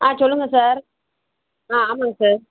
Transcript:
ஆ சொல்லுங்கள் சார் ஆ ஆமாம்ங்க சார்